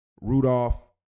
Rudolph